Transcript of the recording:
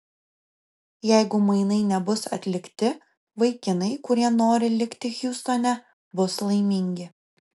jeigu mainai nebus atlikti vaikinai kurie nori likti hjustone bus laimingi